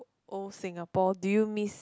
old Singapore do you miss